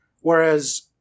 whereas